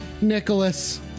Nicholas